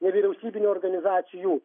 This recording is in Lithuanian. nevyriausybinių organizacijų